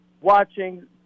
watching